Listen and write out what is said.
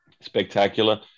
spectacular